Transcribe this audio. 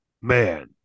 man